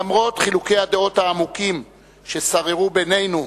למרות חילוקי הדעות העמוקים ששררו בינינו,